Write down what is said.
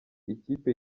ikipe